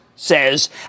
says